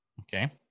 Okay